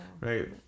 Right